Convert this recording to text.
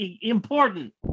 Important